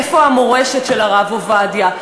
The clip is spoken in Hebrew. איפה המורשת של הרב עובדיה?